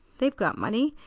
they've got money,